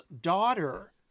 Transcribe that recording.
daughter